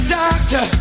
doctor